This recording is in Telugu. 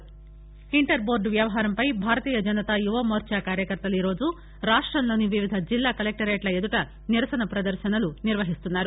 బిజెవైఎం ప్రొటెస్ట్ ఇంటర్ టోర్డు వ్యవహారంపై భారతీయ జనతా యువమోర్చా కార్యకర్తలు ఈరోజు రాష్ట్రంలోని వివిధ జిల్లా కలెక్టరేట్ల ఎదుట నిరసన పదర్భనలు నిర్వహిస్తున్నారు